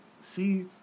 see